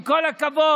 עם כל הכבוד,